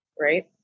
right